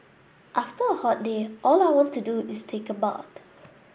after a hot day all I want to do is take a bath